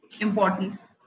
importance